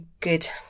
good